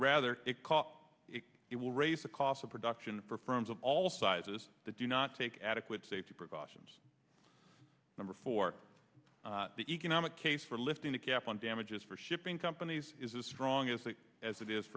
rather it call it it will raise the cost of production for firms of all sizes that do not take adequate safety precautions number four the economic case for lifting the cap on damages for shipping companies is as strong as they as it is